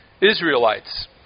Israelites